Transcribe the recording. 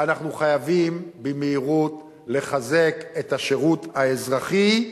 אנחנו חייבים במהירות לחזק את השירות האזרחי,